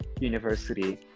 university